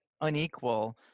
unequal